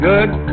Good